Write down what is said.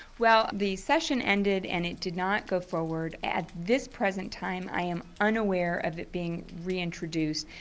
well the session ended and it did not go forward. at this present time i'm unaware of it being reintroduced.